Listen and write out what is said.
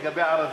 לגבי הערבים,